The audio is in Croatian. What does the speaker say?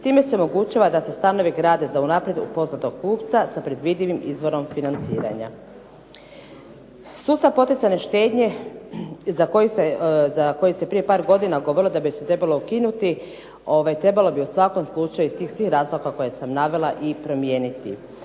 Time se omogućava da se stanovi grade za unaprijed poznatog kupca sa predvidivim izvorom financiranja. Sustav poticajne štednje za koji se prije par godina govorilo da bi se trebalo ukinuti trebalo bi u svakom slučaju iz tih svih razloga koje sam navela i promijeniti,